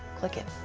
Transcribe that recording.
click it!